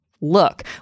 look